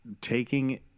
taking